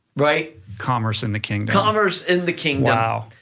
right? commerce in the kingdom. commerce in the kingdom. wow.